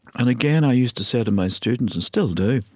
and again, i used to say to my students, and still do,